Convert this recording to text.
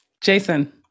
Jason